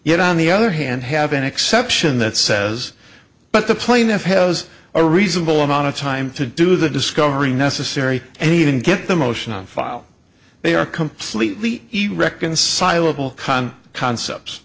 yet on the other hand have an exception that says but the plaintiff has a reasonable amount of time to do the discovery necessary and even get the motion on file they are completely irreconcilable concepts